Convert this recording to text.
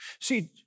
See